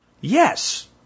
Yes